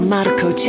Marco